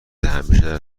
همیشه